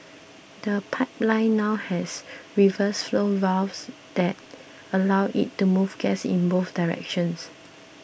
the pipeline now has reverse flow valves that allow it to move gas in both directions